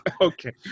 Okay